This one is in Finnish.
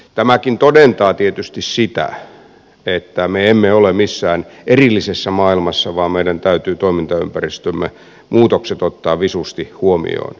tämäkin todentaa tietysti sitä että me emme ole missään erillisessä maailmassa vaan meidän täytyy toimintaympäristömme muutokset ottaa visusti huomioon